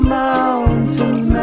mountains